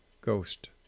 ghost